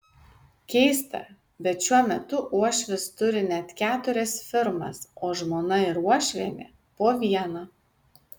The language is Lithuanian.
keista bet šiuo metu uošvis turi net keturias firmas o žmona ir uošvienė po vieną